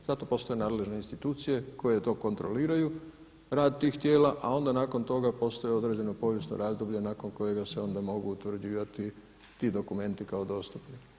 Zato postoje nadležne institucije koje to kontroliraju rad tih tijela, a onda nakon toga postoje određeno povijesno razdoblje nakon kojega se onda mogu utvrđivati ti dokumenti kao dostupni.